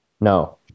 no